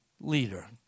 leader